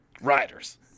Riders